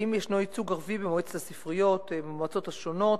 האם יש ייצוג ערבי במועצת הספריות ובמועצות השונות?